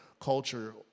culture